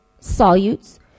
solutes